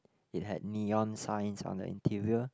it had neon signs on the interior